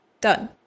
Done